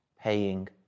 paying